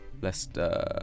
Leicester